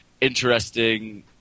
interesting